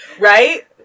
right